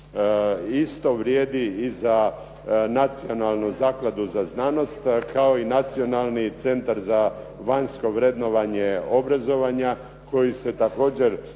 Isto vrijedi i za Nacionalnu zakladu za znanost kao i Nacionalni centar za vanjsko vrednovanje obrazovanja koji se također